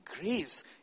grace